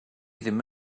ddim